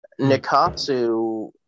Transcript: Nikatsu